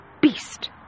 beast